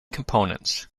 components